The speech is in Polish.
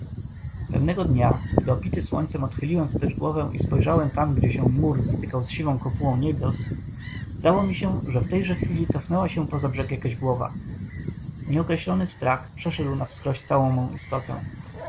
pewnego dnia gdy opity słońcem odchyliłem wstecz głowę i spojrzałem tam gdzie się mur stykał z siwą kopułą niebios zdało mi się że w tejże chwili cofnęła się poza brzeg jakaś głowa nieokreślony strach przeszedł nawskróś całą mą istotę